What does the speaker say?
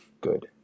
good